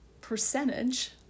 percentage